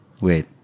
Wait